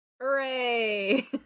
Hooray